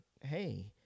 hey